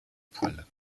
poils